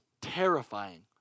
terrifying